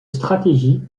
stratégie